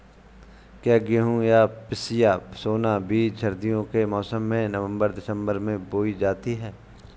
क्या गेहूँ या पिसिया सोना बीज सर्दियों के मौसम में नवम्बर दिसम्बर में बोई जाती है?